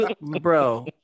bro